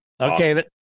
Okay